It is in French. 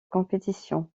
compétition